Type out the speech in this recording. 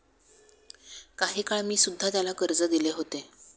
काही काळ मी सुध्धा त्याला कर्ज दिले होते